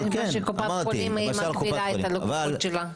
קופת החולים מגבילה את הלקוחות שלה.